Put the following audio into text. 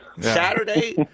Saturday